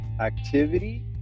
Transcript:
activity